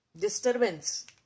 disturbance